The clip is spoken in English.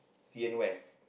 Jurong west